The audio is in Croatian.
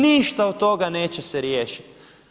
Ništa od toga neće se riješiti.